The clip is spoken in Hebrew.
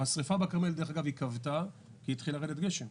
השריפה בכרמל, אגב, כבתה כי התחיל לרדת גשם.